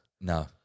no